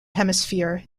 hemisphere